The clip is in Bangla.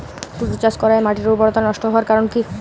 তুতে চাষ করাই মাটির উর্বরতা নষ্ট হওয়ার কারণ কি?